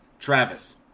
Travis